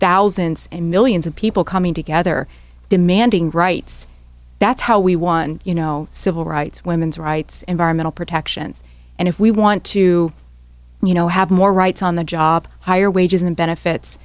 thousand and millions of people coming together demanding rights that's how we won you know civil rights women's rights environmental protections and if we want to you know have more rights on the job higher wages and benefits